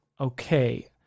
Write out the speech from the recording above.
Okay